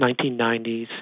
1990s